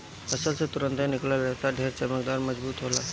फसल से तुरंते निकलल रेशा ढेर चमकदार, मजबूत होला